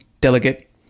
Delegate